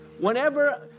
whenever